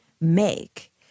make